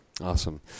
Awesome